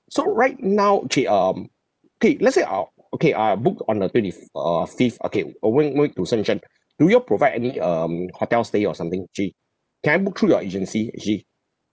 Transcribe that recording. so right now okay uh um K let's say I'll okay uh book on the twenty f~ uh fifth okay uh one week one week to shenzhen do you all provide any um hotel stay or something actually can I book through your agency actually